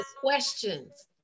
questions